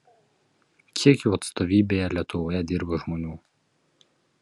kiek jų atstovybėje lietuvoje dirba žmonių